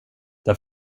där